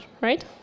right